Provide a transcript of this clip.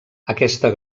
aquesta